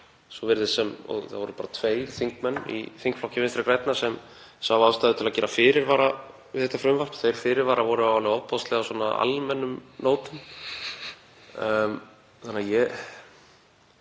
Vinstri grænna. Það voru bara tveir þingmenn í þingflokki Vinstri grænna sem sáu ástæðu til að gera fyrirvara við þetta frumvarp. Þeir fyrirvarar voru á alveg ofboðslega almennum nótum. Þannig að ég